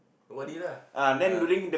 nobody lah ah